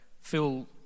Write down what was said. Phil